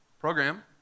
program